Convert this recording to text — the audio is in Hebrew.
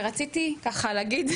ורציתי להגיד,